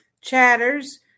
chatters